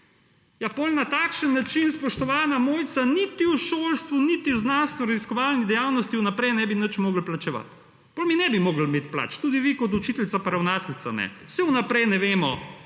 Ja, potem na takšen način, spoštovana Mojca, niti v šolstvu niti v znanstvenoraziskovalni dejavnosti vnaprej nebi nič mogli plačevati. Potem mi nebi mogli imeti plač, tudi vi kot učiteljica in ravnateljica ne. Saj vnaprej ne vemo,